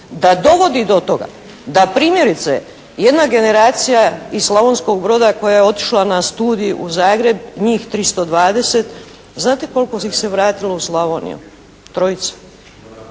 da dovodi do toga da primjerice jedna generacija iz Slavonskog Broda koja je otišla na studij u Zagreb, njih 320, znate koliko ih se vratilo u Slavoniju? Trojica.